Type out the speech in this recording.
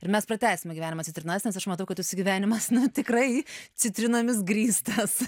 ir mes pratęsime gyvenimo citrinas nes aš matau kad jūsų gyvenimas na tikrai citrinomis grįstas